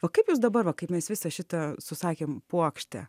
o kaip jūs dabar va kaip mes visą šitą susakėm puokštę